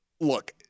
look